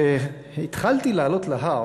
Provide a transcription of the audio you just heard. כשהתחלתי לעלות להר